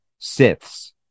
Siths